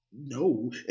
No